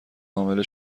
حامله